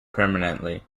permanently